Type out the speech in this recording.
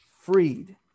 Freed